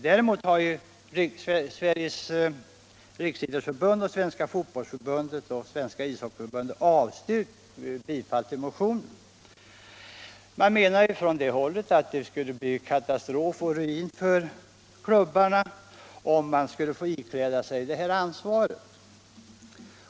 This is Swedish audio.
Däremot har Sveriges riksidrottsförbund, Svenska fotbollförbundet och Svenska ishockeyförbundet avstyrkt bifall till motionen. Från de hållen anser man att det skulle bli katastrof och ruin, om man skulle få ikläda sig detta ansvar.